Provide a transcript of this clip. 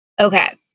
Okay